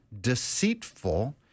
deceitful